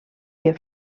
que